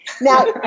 Now